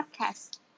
podcast